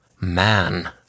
Man